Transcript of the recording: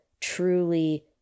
truly